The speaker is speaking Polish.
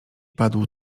padł